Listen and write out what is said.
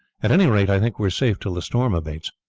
at any rate i think we are safe till the storm abates.